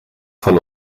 von